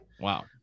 Wow